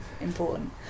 important